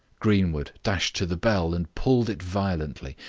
greenwood dashed to the bell and pulled it violently,